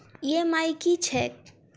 EMI की छैक?